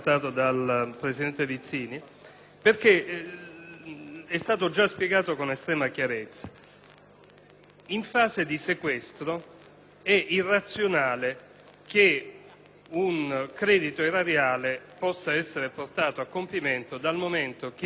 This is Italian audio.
è stata già spiegata con estrema chiarezza: in fase di sequestro è irrazionale che un credito erariale possa essere portato a compimento, dal momento che l'azienda - qui stiamo parlando soprattutto di aziende